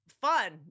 fun